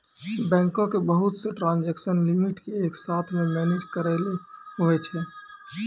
बैंको के बहुत से ट्रांजेक्सन लिमिट के एक साथ मे मैनेज करैलै हुवै छै